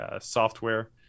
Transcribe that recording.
software